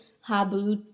habu